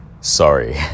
sorry